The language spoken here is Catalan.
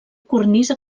cornisa